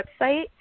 website